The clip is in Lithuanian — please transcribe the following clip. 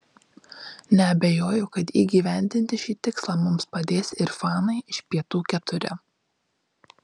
neabejoju kad įgyvendinti šį tikslą mums padės ir fanai iš pietų iv